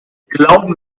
glauben